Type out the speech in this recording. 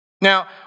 Now